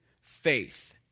faith